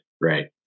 right